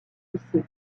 lycée